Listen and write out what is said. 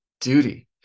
duty